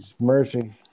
mercy